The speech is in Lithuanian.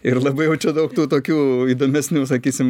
ir labai jau čia daug tokių įdomesnių sakysim